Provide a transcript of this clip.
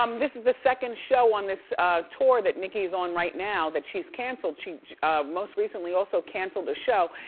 um this is the second show on this tour, that nicki is on right now that she's canceled, she most recently also canceled a show,